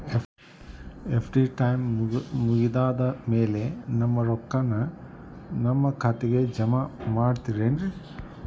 FD time ಮುಗಿದಾದ್ ಮ್ಯಾಲೆ ನಮ್ ರೊಕ್ಕಾನ ನಮ್ ಖಾತೆಗೆ ಜಮಾ ಮಾಡ್ತೇರೆನ್ರಿ?